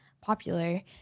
popular